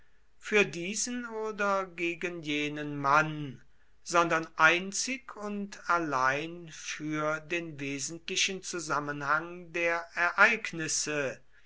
für diesen oder gegen jenen mann sondern einzig und allein für den wesentlichen zusammenhang der ereignisse